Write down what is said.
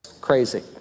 Crazy